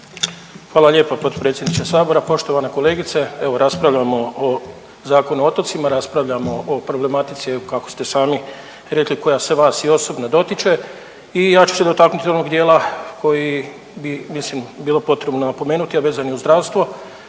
Hvala lijepa potpredsjedniče sabora. Poštovana kolegice, evo raspravljamo o Zakonu o otocima, raspravljamo o problematici, kako ste sami rekli, koja se vas i osobno dotiče i ja ću se dotaknuti onog dijela koji bi mislim bilo potrebno napomenuti, a vezan je uz zdravstvo.